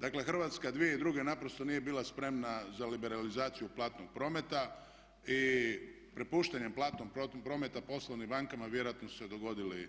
Dakle Hrvatska 2002. naprosto nije bila spremna za liberalizaciju platnog prometa i prepuštanje platnog prometa poslovnim bankama vjerojatno su se dogodili